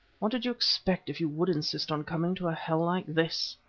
what did you expect if you would insist on coming to a hell like this?